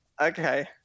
Okay